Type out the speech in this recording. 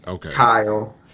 Kyle